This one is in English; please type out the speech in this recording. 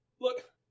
Look